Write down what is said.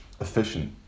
efficient